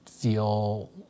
feel